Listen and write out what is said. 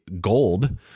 gold